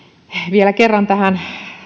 vielä kerran tähän